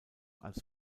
als